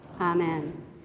Amen